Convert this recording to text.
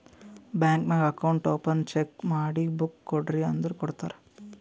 bank ನಾಗ್ account open check ಮಾಡಿ book ಕೊಡ್ರಿ ಅಂದುರ್ ಕೊಡ್ತಾರ್